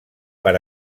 per